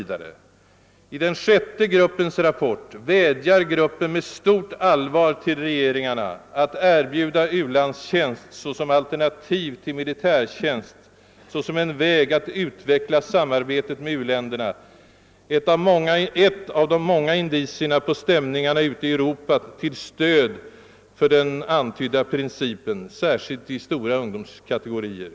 Den sjätte gruppen vädjar i sin rapport med stort allvar till regeringarna att erbjuda u-landstjänst såsom alternativ till militärtjänst såsom en väg att utveckla samarbetet med u-länderna — ett av de många indicierna på stämningar ute i Europa till stöd för den antydda principen, särskilt i stora ungdomskategorier.